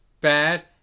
bad